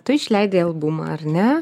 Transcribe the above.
tu išleidai albumą ar ne